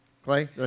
Clay